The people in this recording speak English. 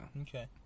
Okay